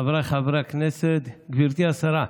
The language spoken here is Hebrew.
חבריי חברי הכנסת, גברתי השרה,